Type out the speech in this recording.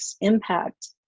impact